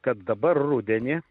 kad dabar rudenį